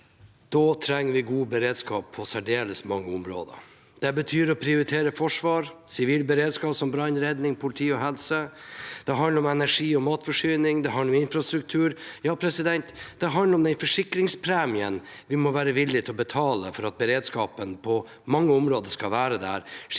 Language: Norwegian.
Da trenger vi god beredskap på særdeles mange områder. Det betyr å prioritere forsvar, sivil beredskap, som brann og redning, politi og helse. Det handler om energi og matforsyning, det handler om infrastruktur – ja, det handler om den forsikringspremien vi må være villige til å betale for at beredskapen på mange områder skal være